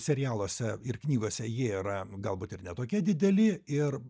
serialuose ir knygose jie yra galbūt ir ne tokie dideli ir